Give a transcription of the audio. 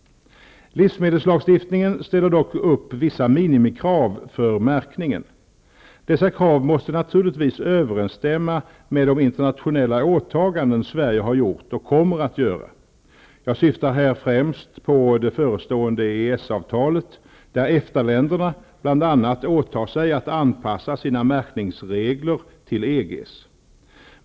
Livsmedelslagstiftningen ställer dock upp vissa minimikrav för märkningen. Dessa krav måste naturligtvis överensstämma med de internationella åtaganden Sverige har gjort och kommer att göra. Jag syftar här främst på det förestående EES-avtalet, där EFTA-länderna bl.a. åtar sig att anpassa sina märkningsregler till EG:s.